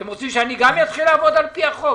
אתם רוצים שאני גם יתחיל לעבוד על-פי החוק?